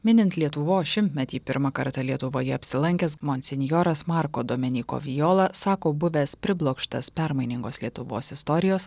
minint lietuvos šimtmetį pirmą kartą lietuvoje apsilankęs monsinjoras marko dominyko viola sako buvęs priblokštas permainingos lietuvos istorijos